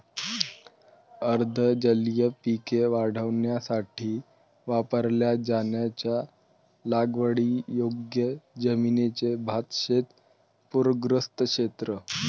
अर्ध जलीय पिके वाढवण्यासाठी वापरल्या जाणाऱ्या लागवडीयोग्य जमिनीचे भातशेत पूरग्रस्त क्षेत्र